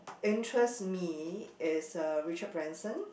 interest me is uh Richard-Branson